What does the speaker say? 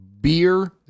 beer